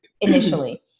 initially